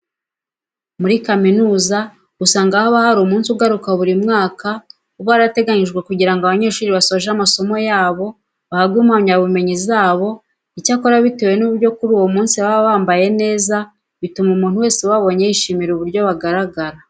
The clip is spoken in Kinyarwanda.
Muri kaminuza usanga haba hari umunsi ugaruka buri mwaka uba warateganyijwe kugira ngo abanyeshuri basoje amasomo yabo bahabwe impamyabumenyi zabo. Icyakora bitewe n'uburyo kuri uwo munsi baba bambaye neza, bituma umuntu wese ubabonye yishimira uburyo bagaragara.